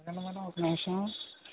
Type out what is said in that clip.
ఆగండి మేడం ఒక నిమిషము